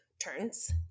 turns